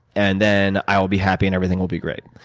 and then, i will be happy, and everything will be great.